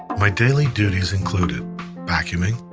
my daily duties included vacuuming,